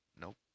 Nope